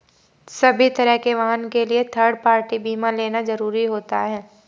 सभी तरह के वाहन के लिए थर्ड पार्टी बीमा लेना जरुरी होता है